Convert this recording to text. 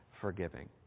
forgiving